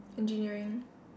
engineering